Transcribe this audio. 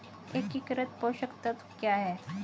एकीकृत पोषक तत्व क्या है?